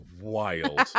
wild